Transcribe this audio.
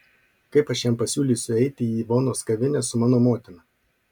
kaip aš jam pasiūlysiu eiti į ivonos kavinę su mano motina